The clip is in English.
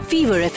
Fever